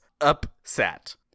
upset